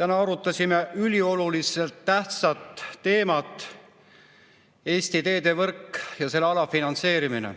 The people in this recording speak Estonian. Täna arutasime üliolulist ja tähtsat teemat: Eesti teevõrk ja selle alafinantseerimine.